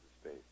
space